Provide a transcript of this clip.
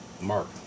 mark